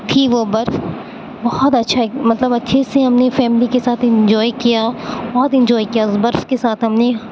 تھی وہ برف بہت اچھا ایک مطلب اچھے سے ہم نے فیملی کے ساتھ انجوائے کیا بہت انجوائے کیا اس برف کے ساتھ ہم نے